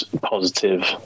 positive